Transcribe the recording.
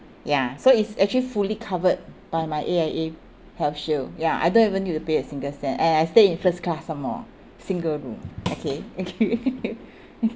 ya so it's actually fully covered by my A_I_A health shield ya I don't even need to pay a single cent and I stay in first class some more single room okay